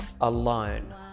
alone